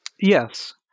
Yes